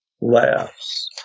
Laughs